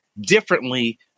differently